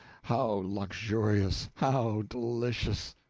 how luxurious, how delicious!